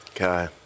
Okay